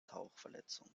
tauchverletzung